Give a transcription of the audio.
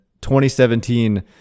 2017